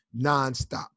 nonstop